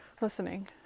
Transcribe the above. listening